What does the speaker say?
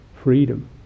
Freedom